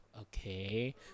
okay